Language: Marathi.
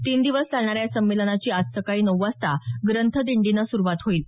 तीन दिवस चालणाऱ्या या संमेलनाची आज सकाळी नऊ वाजता ग्रंथ दिंडीनं सुरूवात होईल